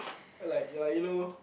ya lah ya lah you know